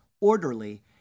orderly